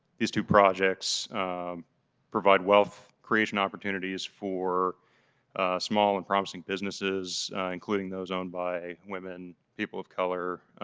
these two projects provide wealth creation opportunities for small and promising businesses including those owned by women, people of color,